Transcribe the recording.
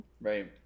Right